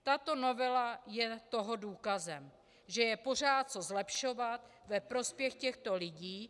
Tato novela je toho důkazem, že je pořád co zlepšovat ve prospěch těchto lidí.